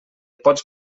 pots